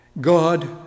God